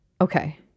Okay